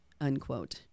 unquote